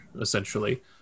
essentially